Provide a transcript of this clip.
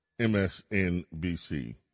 MSNBC